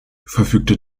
verfügte